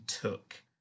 took